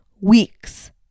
weeks